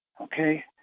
okay